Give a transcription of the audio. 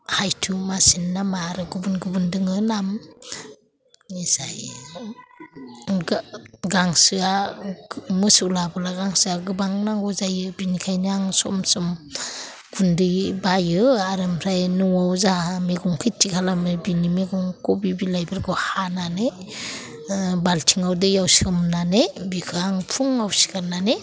हायथु मासेनि नामआ आरो गुबुन गुबुन दोङो नाम इसा आरो गांसोआ मोसौनो गांसो गोबां नांगौ जायो बिनिखायनो आं सम सम गुन्दै बायो आरो ओमफ्राय न'आव जाहा मैगं खिथि खामनाय बिनि मैगं खबि बिलाइफोरखौ हानानै बाल्थिङाव दैयाव सोमनानै बिखो आं फुङाव सिखारनानै